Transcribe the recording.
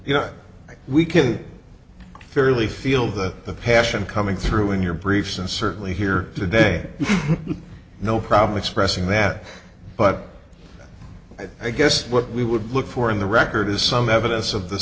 you know we can fairly feel that the passion coming through in your briefs and certainly here today no problem which pressing there but i guess what we would look for in the record is some evidence of the